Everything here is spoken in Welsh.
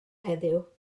heddiw